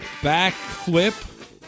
backflip